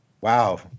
Wow